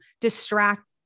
distract